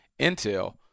Intel